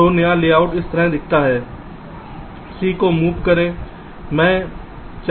तो नया लेआउट इस तरह दिखता है c को मूव करें मैं क्या करूँ